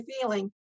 feeling